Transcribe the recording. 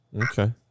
Okay